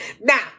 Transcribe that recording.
Now